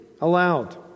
aloud